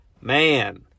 Man